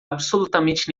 absolutamente